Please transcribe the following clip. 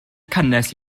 cynnes